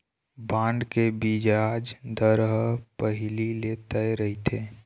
bond के बियाज दर ह पहिली ले तय रहिथे